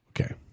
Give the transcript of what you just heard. Okay